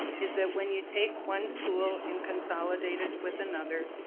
is that when you take one school and consolidate it with another,